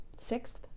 sixth